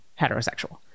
heterosexual